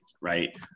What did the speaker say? right